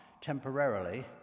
temporarily